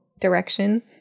direction